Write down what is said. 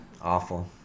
Awful